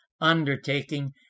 undertaking